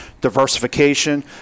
diversification